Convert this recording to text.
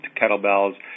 kettlebells